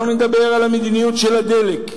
אנחנו נדבר על המדיניות של הדלק.